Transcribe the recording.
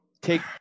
Take